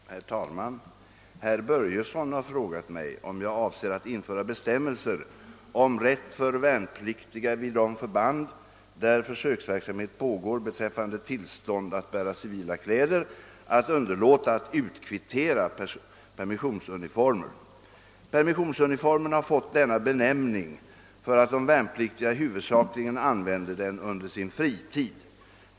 Herr talman! Herr Börjesson i Falköping har frågat mig om jag avser att införa bestämmelser om rätt för värnpliktiga vid de förband, där försöksverksamhet pågår beträffande tillstånd att bära civila kläder, att underlåta att utkvittera permissionsuniformer. Permissionsuniformen har fått denna benämning för att de värnpliktiga huvudsakligen använder den under sin fritid.